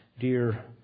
dear